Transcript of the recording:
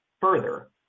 Further